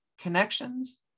connections